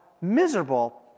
miserable